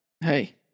Hey